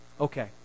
Okay